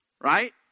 Right